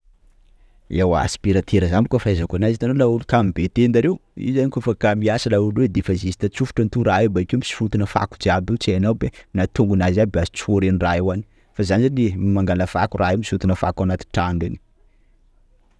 Ewa aspirateur zany bôka fahaizako anazy, itanao laolo kamo be tenda reo io; zany kôfa kamo hiasa laolo reo defa juste atsofotrany to rah iobakeo misintona fako raha io tsy hainao aby hoe na tongonazy aby tsorin'ny raha io any, fa za zany mangala fako raha io misintona fako anaty trano reny!